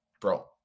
bro